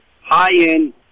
high-end